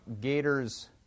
gators